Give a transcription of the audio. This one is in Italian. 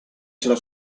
sulla